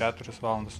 keturias valandas